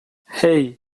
hey